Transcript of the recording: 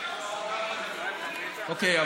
אוקיי,